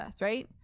right